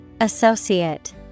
Associate